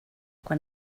quan